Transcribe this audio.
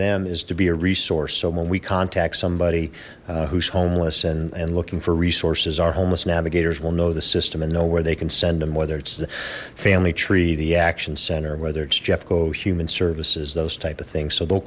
them is to be a resource so when we contact somebody who's homeless and looking for resources our homeless navigators will know the system and know where they can send them whether it's the family tree the action center whether it's jeff co human services those type of things so